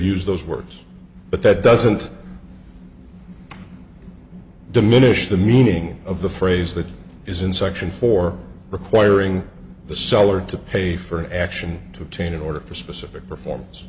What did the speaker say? used those words but that doesn't diminish the meaning of the phrase that is in section four requiring the seller to pay for action to obtain an order for specific perform